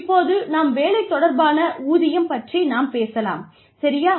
இப்போது நாம் வேலை தொடர்பான ஊதியம் பற்றி நாம் பேசலாம் சரியா